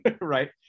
right